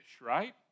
right